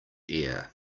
air